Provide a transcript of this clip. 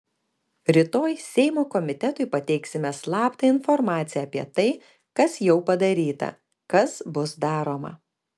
rytoj seimo komitetui pateiksime slaptą informaciją apie tai kas jau padaryta kas bus daroma